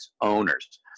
owners